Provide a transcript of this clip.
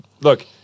look